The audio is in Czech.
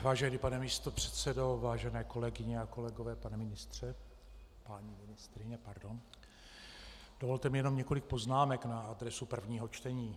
Vážený pane místopředsedo, vážené kolegyně a kolegové, paní ministryně, dovolte mi jenom několik poznámek na adresu prvního čtení.